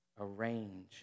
arrange